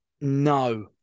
No